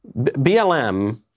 BLM